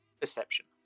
Perception